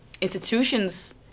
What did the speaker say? institutions